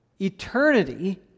Eternity